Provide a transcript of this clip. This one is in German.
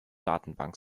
datenbank